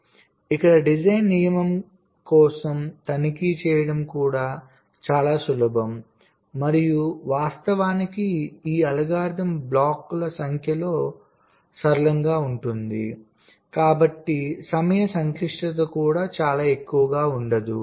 కాబట్టి ఇక్కడ డిజైన్ నియమం కోసం తనిఖీ చేయడం కూడా చాలా సులభం మరియు వాస్తవానికి ఈ అల్గోరిథం బ్లాకుల సంఖ్యలో సరళంగా ఉంటుంది కాబట్టి సమయ సంక్లిష్టత కూడా చాలా ఎక్కువగా ఉండదు